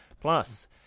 plus